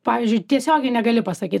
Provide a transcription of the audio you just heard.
pavyzdžiui tiesiogiai negali pasakyt